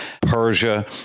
Persia